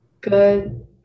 good